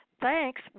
Thanks